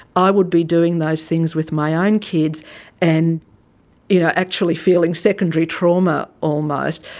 i would be doing those things with my own kids and you know actually feeling secondary trauma almost.